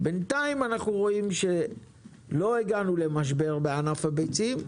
בינתיים אנחנו רואים שלא הגענו למשבר בענף הביצים,